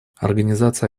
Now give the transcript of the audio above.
организация